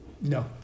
no